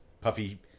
puffy